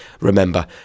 remember